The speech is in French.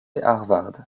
harvard